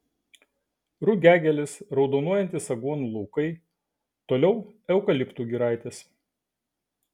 rugiagėlės raudonuojantys aguonų laukai toliau eukaliptų giraitės